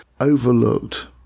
overlooked